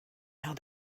herr